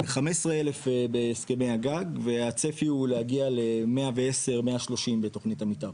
15,000 בהסכמי הגג והצפי הוא להגיע ל-130-110 בתכנית המתאר.